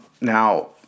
Now –